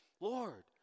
Lord